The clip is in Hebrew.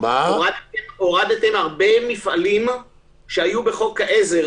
שהורדתם הרבה מפעלים שהיו בחוק העזר